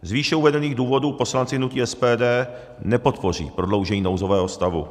Z výše uvedených důvodů poslanci hnutí SPD nepodpoří prodloužení nouzového stavu.